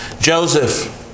Joseph